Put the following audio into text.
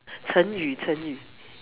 成语成语